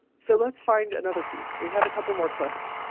so let's find another piece. we have a couple more clips.